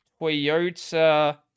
Toyota